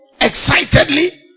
excitedly